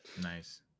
Nice